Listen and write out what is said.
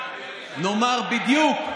נאמר בדיוק.